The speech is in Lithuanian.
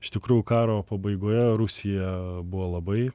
iš tikrųjų karo pabaigoje rusija buvo labai